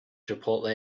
chipotle